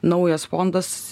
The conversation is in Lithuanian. naujas fondas